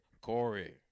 Corey